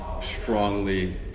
strongly